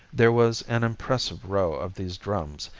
there was an impressive row of these drums,